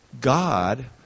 God